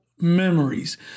memories